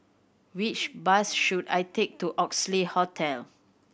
which bus should I take to Oxley Hotel